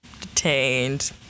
detained